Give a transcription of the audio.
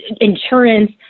insurance